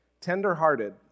tenderhearted